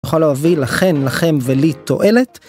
יכול להביא לכן לכם ולי תועלת